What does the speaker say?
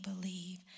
believe